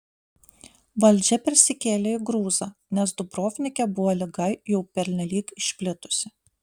valdžia persikėlė į gruzą nes dubrovnike buvo liga jau pernelyg išplitusi